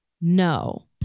no